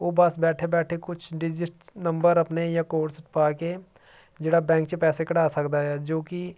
ਉਹ ਬਸ ਬੈਠੇ ਬੈਠੇ ਕੁਛ ਡਿਜਿਟਸ ਨੰਬਰ ਆਪਣੇ ਜਾਂ ਕੋਡਸ ਪਾ ਕੇ ਜਿਹੜਾ ਬੈਂਕ 'ਚ ਪੈਸੇ ਕਢਾ ਸਕਦਾ ਆ ਜੋ ਕਿ